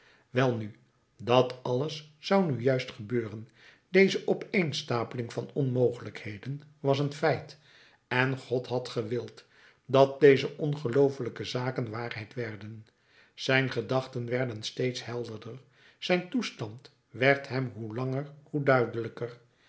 welnu dat alles zou nu juist gebeuren deze opeenstapeling van onmogelijkheden was een feit en god had gewild dat deze ongeloofelijke zaken waarheid werden zijn gedachten werden steeds helderder zijn toestand werd hem hoe langer hoe duidelijker